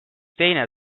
teine